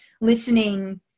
listening